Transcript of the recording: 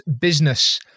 Business